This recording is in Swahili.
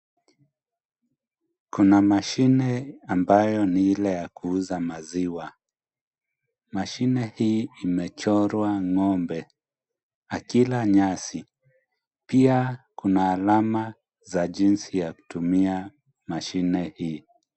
Kuna mashine ambayo ni ile ya kuuza maziwa. Mashine hii imechorwa ngombe akila nyasi. Pia kuna alama za jinsi ya kutumia mashine hii.